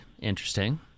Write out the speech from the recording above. Interesting